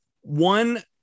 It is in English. One